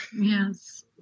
Yes